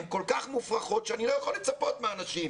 הן כל כך מופרכות שאני לא יכול לצפות מן האנשים